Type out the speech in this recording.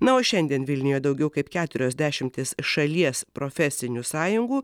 na o šiandien vilniuje daugiau kaip keturios dešimtys šalies profesinių sąjungų